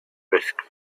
risk